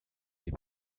des